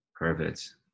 Perfect